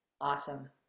Awesome